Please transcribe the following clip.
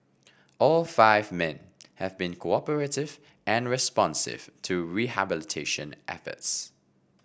all five men have been cooperative and responsive to rehabilitation efforts